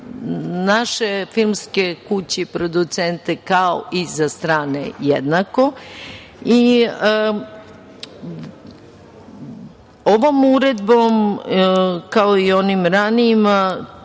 naše filmske kuće i producente kao i za strane jednako. Ovom uredbom, kao i u onim ranijima,